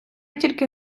тільки